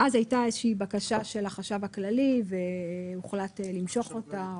אז הייתה איזה שהיא בקשה של החשב הכללי והוחלט למשוך אותה,